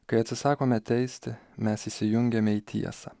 kai atsisakome teisti mes įsijungiame į tiesą